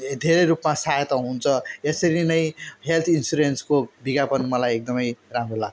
धेरै रूपमा सहायता हुन्छ यसरी नै हेल्थ इन्सुरेन्सको विज्ञापन मलाई एकदमै राम्रो लाग्छ